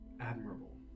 Admirable